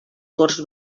corts